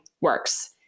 works